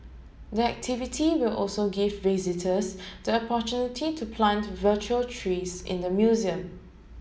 the activity will also give visitors the opportunity to plant virtual trees in the museum